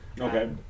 Okay